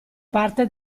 parte